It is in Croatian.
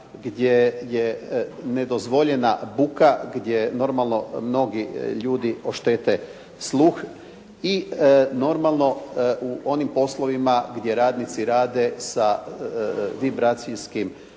gdje je nedozvoljena buka, gdje normalno mnogi ljudi oštete sluh i normalno u onim poslovima gdje radnici rade sa vibracijskim